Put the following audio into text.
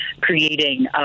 creating